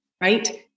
right